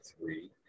three